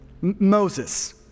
Moses